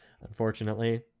unfortunately